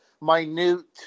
minute